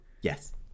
Yes